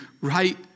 right